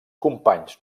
companys